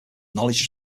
knowledge